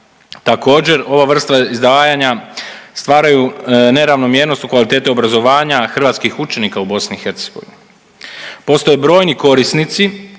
Također ova vrsta izdvajanja stvaraju neravnomjernost u kvaliteti obrazovanja hrvatskih učenika u BiH. Postoje brojni korisnici